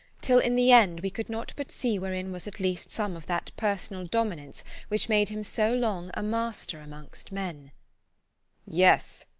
till in the end we could not but see wherein was at least some of that personal dominance which made him so long a master amongst men yes,